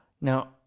Now